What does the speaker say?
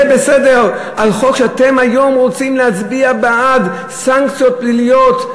יהיה בסדר על חוק שאתם היום רוצים להצביע בו בעד סנקציות פליליות.